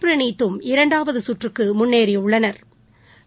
பிரணீத்தும் இரண்டாவதுசுற்றுக்குமுன்னேறியுள்ளனா்